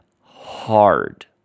hard